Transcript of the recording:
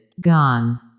gone